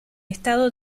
estado